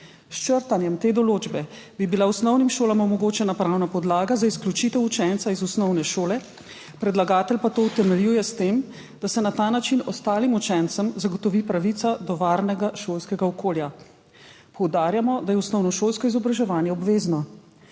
S črtanjem te določbe bi bila osnovnim šolam omogočena pravna podlaga za izključitev učenca iz osnovne šole, predlagatelj pa to utemeljuje s tem, da se na ta način ostalim učencem zagotovi pravica do varnega šolskega okolja. Poudarjamo, da je osnovnošolsko izobraževanje obvezno.